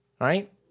right